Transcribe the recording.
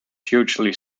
hugely